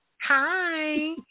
Hi